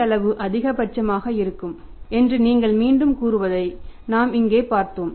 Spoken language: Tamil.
அளவு அதிகபட்சமாக இருக்கும் என்று நீங்கள் மீண்டும் கூறுவதை நாம் இங்கே பார்த்தோம்